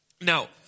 Now